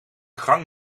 gang